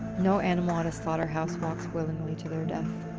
no animal at a slaughterhouse walks willingly to their. and